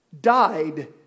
died